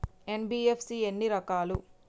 NBFC ఎన్ని రకాలు?